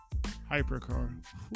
Hypercar